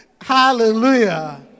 Hallelujah